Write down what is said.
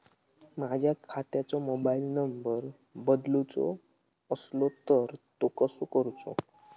माझ्या खात्याचो mobile number बदलुचो असलो तर तो कसो करूचो?